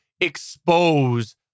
expose